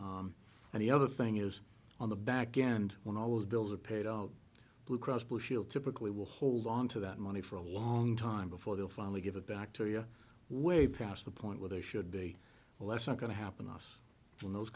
and the other thing is on the backend when all those bills are paid all blue cross blue shield typically will hold on to that money for a long time before they'll finally give a bacteria way past the point where they should be less not going to happen loss from those